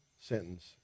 sentence